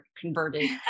converted